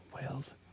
Whales